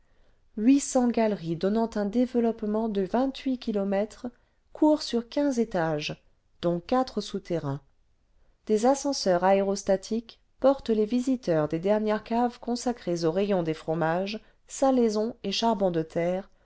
huit cents galeries donnant un développement de vingt-huit kilomètres courent sur quinze étages dont quatre souterrains des ascenseurs aérostatiques portent les visiteurs des dernières caves consacrées aux rayons des fromages salaisons et charbons de terre